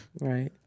right